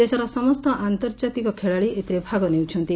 ଦେଶର ସମସ୍ତ ଆନ୍ତର୍ଜାତିକ ଖେଳାଳି ଏଥିରେ ଭାଗ ନେଉଛନ୍ତି